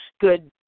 good